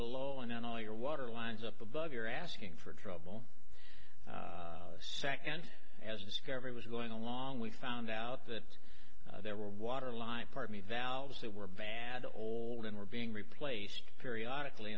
below and then all your water lines up above you're asking for trouble second as discovery was going along we found out that there were waterline part me valves that were bad old and were being replaced periodical